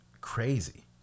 crazy